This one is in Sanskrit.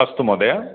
अस्तु महोदय